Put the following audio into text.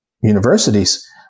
universities